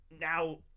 now